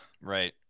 Right